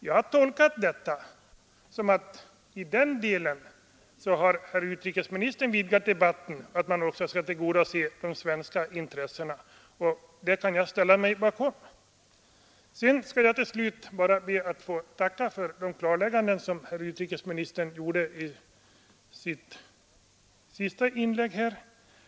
Jag har tolkat detta så, att i den delen har herr utrikesministern utvidgat debatten och att man också skall tillgodose de svenska intressena, och det kan jag ställa mig bakom. Till slut ber jag bara att få tacka för de klarlägganden som herr utrikesministern gjorde i sitt sista inlägg.